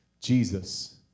Jesus